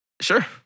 Sure